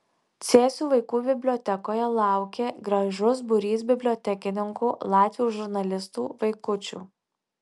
cėsių vaikų bibliotekoje laukė gražus būrys bibliotekininkų latvių žurnalistų vaikučių